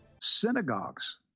Synagogues